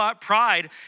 pride